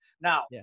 Now